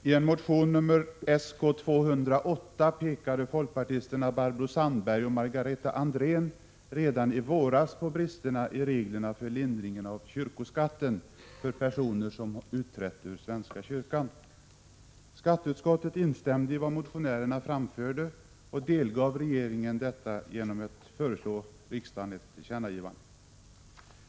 Herr talman! I motion Sk208 pekade folkpartisterna Barbro Sandberg och Margareta Andrén redan i våras på brister i reglerna för lindring av kyrkoskatten för personer som utträtt ur svenska kyrkan. Skatteutskottet instämde i vad motionärerna framförde och delgav regeringen detta genom att föreslå riksdagen ett tillkännagivande.